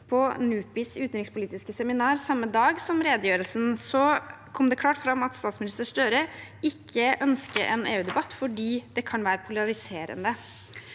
På NUPIs utenrikspolitiske seminar samme dag som redegjørelsen kom det klart fram at statsminister Støre ikke ønsker en EU-debatt fordi det kan være polariserende.